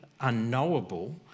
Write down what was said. unknowable